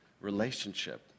relationship